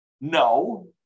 no